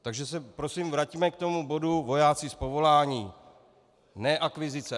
Takže se prosím vraťme k tomu bodu vojáci z povolání, ne akvizice.